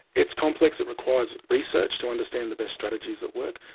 its complex, it requires research to understand the best strategies that work,